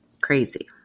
crazy